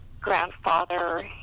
grandfather